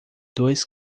dois